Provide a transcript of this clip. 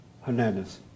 Hernandez